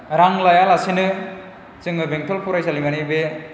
रां लायालासेनो जोङो बेंटल फरायसालिमानि बे